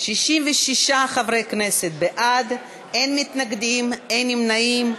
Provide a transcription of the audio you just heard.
66 חברי כנסת בעד, אין מתנגדים, אין נמנעים.